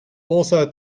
also